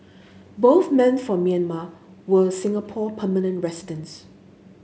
both men from Myanmar were Singapore permanent residents